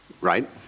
right